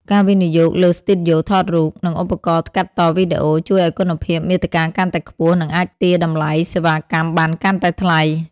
ការវិនិយោគលើស្ទូឌីយោថតរូប និងឧបករណ៍កាត់តវីដេអូ ជួយឱ្យគុណភាពមាតិកាកាន់តែខ្ពស់ និងអាចទារតម្លៃសេវាកម្មបានកាន់តែថ្លៃ។